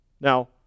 Now